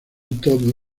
todd